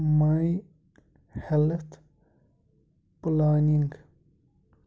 my health planning